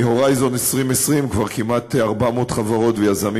מ"הורייזן 0 ,"202כבר כמעט 400 חברות ויזמים